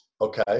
Okay